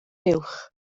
buwch